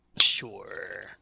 Sure